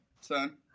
son